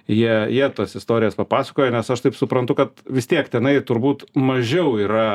jie jie tas istorijas papasakojo nes aš taip suprantu kad vis tiek tenai turbūt mažiau yra